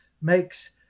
makes